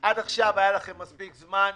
עד עכשיו היה לכם מספיק זמן.